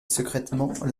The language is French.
secrètement